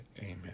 Amen